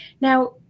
Now